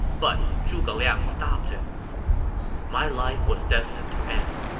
but zhuge liang stopped him my life was destined to end.